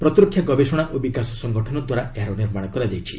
ପ୍ରତିରକ୍ଷା ଗବେଷଣା ଓ ବିକାଶ ସଙ୍ଗଠନଦ୍ୱାରା ଏହାର ନିର୍ମାଣ କରାଯାଇଛି